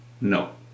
No